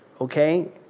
okay